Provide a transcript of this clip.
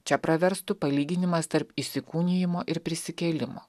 čia praverstų palyginimas tarp įsikūnijimo ir prisikėlimo